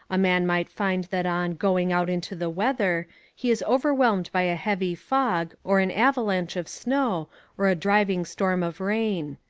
a man might find that on going out into the weather he is overwhelmed by a heavy fog or an avalanche of snow or a driving storm of rain.